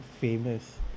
famous